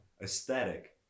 aesthetic